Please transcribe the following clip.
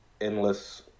endless